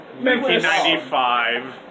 1995